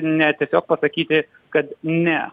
ne tiesiog pasakyti kad ne